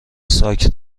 ساک